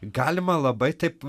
galima labai taip